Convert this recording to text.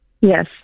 Yes